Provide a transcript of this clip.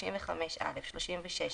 35(א),36 ,